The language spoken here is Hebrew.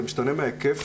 זה משתנה מההיקף.